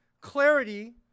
clarity